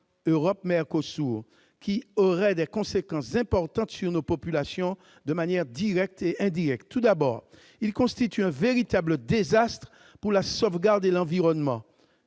UE-MERCOSUR, qui aurait des conséquences importantes sur nos populations, de manière directe et indirecte. Tout d'abord, il constitue un véritable désastre pour la sauvegarde de l'environnement